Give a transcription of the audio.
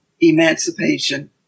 emancipation